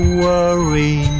worry